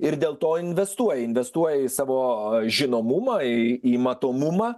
ir dėl to investuoja investuoja į savo žinomumą į į matomumą